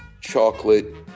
chocolate